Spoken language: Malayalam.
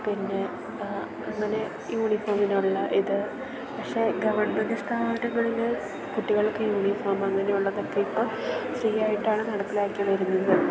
പിന്നെ അങ്ങനെ യൂണിഫോമിനുള്ള ഇത് പക്ഷേ ഗവൺമെൻ്റ് സ്ഥാപനങ്ങളില് കുട്ടികൾക്ക് യൂണിഫോം അങ്ങനെയുള്ളതൊക്കെ ഇപ്പം ഫ്രീയായിട്ടാണ് നടപ്പിലാക്കി വരുന്നത്